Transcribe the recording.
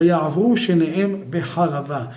ויעברו שניהם בחרבה.